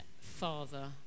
father